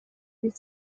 wyt